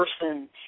person